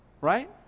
Right